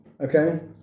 Okay